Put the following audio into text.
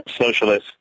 socialist